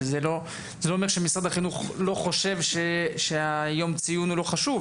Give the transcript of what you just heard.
זה לא אומר שמשרד החינוך לא חושב שהיום ציון הוא לא חשוב,